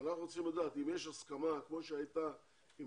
אנחנו צריכים לדעת אם יש הסכמה כמו שהייתה עם